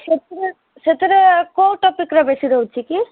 ସେଥିରେ ସେଥିରେ କେଉଁ ଟପିକରେ ବେଶି ରହୁଛି କି